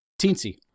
Teensy